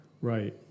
Right